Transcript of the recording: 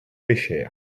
pêchèrent